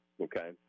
okay